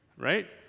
right